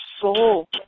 soul